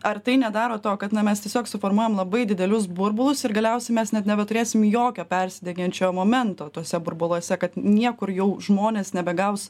ar tai nedaro to kad na mes tiesiog suformuojam labai didelius burbulus ir galiausiai mes net nebeturėsim jokio persidengiančio momento tuose burbuluose kad niekur jau žmonės nebegaus